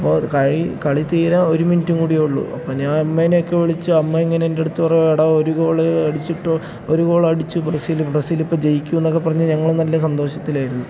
അപ്പോൾ കഴി കളി തീരാൻ ഒരു മിനിറ്റും കൂടിയേയുള്ളൂ അപ്പം ഞാൻ അമ്മേനെയൊക്കെ വിളിച്ചു അമ്മ ഇങ്ങനെ എൻ്റടുത്ത് പറയാ എടാ ഒരു ഗോളേ അടിച്ചിട്ടോ ഒരു ഗോൾ അടിച്ചു ബ്രസീൽ ബ്രസീലിപ്പോൾ ജയിക്കുമെന്നൊക്കെ പറഞ്ഞ് ഞങ്ങൾ നല്ല സന്തോഷത്തിലായിരുന്നു